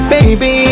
Baby